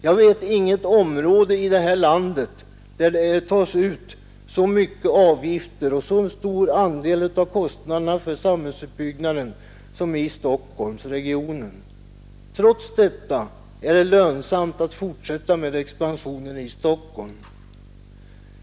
Jag vet inget annat område i det här landet där det av företagen tas ut så mycket avgifter och så stor del av kostnaderna för samhällsutbyggnaden som i Stockholmsregionen. Trots detta är det lönsamt att fortsätta med expansionen i Stockholm.